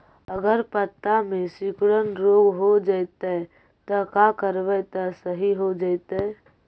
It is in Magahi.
अगर पत्ता में सिकुड़न रोग हो जैतै त का करबै त सहि हो जैतै?